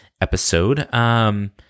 episode